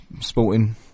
sporting